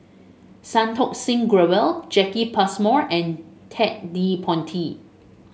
Santokh Singh Grewal Jacki Passmore and Ted De Ponti